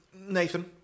Nathan